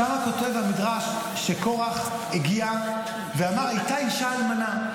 שם כותב המדרש שקרח הגיע ואמר: הייתה אישה אלמנה,